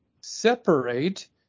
Separate